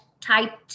type